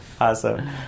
Awesome